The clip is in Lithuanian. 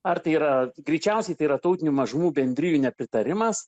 ar tai yra greičiausiai tai yra tautinių mažumų bendrijų nepritarimas